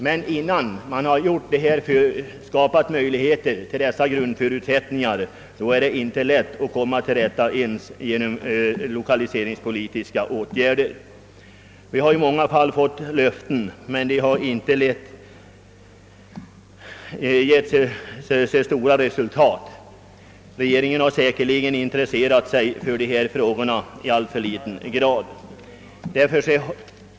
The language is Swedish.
Men innan man skapat dessa grundförutsättningar är det inte lätt att komma till rätta ens med hjälp av lokaliseringspolitiska insatser. Vi har i många fall fått löften, men de har inte medfört så stora resultat. Regeringen har säkerligen intresserat sig för dessa frågor i alltför liten grad.